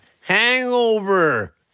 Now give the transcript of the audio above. hangover